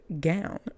gown